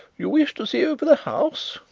you wish to see over the house?